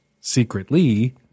secretly